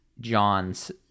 john's